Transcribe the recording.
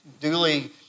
duly